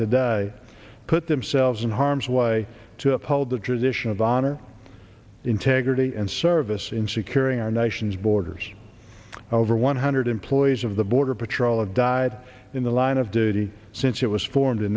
today put themselves in harm's way to uphold the tradition of honor integrity and service in securing our nation's boy there's over one hundred employees of the border patrol have died in the line of duty since it was for